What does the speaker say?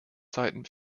zeiten